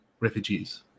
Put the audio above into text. refugees